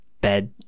bed